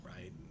right